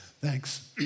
thanks